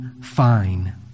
fine